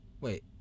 Wait